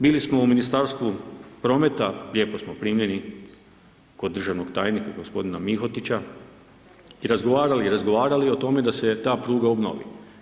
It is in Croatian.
Bili smo u Ministarstvu prometa, lijepo smo primljeni kod državnog tajnika gospodina Mihotića i razgovarali i razgovarali o tome da se ta pruga obnovi.